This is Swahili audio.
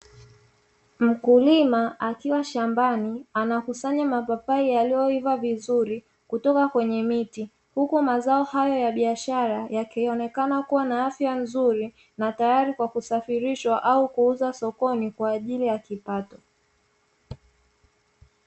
Mkulima akiwa shambani anakusanya mapapai yaliyoiva vizuri, kutoka kwenye miti huku mazao hayo ya biashara yakionekana kuwa na afya nzuri, na tayari kwa kusafirishwa au kuuzwa sokoni kwa ajili ya kipato.